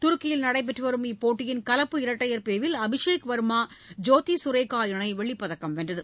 துருக்கியில் நடைபெற்று வரும் இப்போட்டியின் கலப்பு இரட்டையர் பிரிவில் அபிஷேக் வர்மா ஜோதி சுரேகா இணை வெள்ளிப் பதக்கம் வென்றது